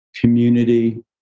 community